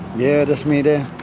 yeah, that's me there.